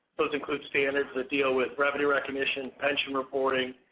those includes standards that deal with revenue recognition, pension reporting,